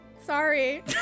Sorry